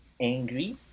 angry